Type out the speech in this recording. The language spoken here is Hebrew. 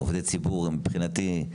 עובדי ציבור, מבחינתי,